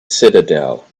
citadel